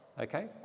okay